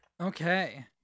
Okay